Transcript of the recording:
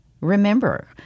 remember